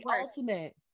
ultimate